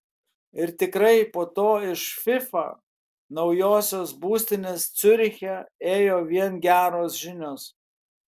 ir tikrai po to iš fifa naujosios būstinės ciuriche ėjo vien geros žinios